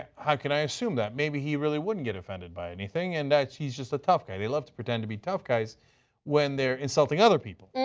how can i assume that? maybe, he really wouldn't get offended by anything and that he's just a tough guy. they love to pretend to be tough guys when they're insulting other people.